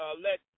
let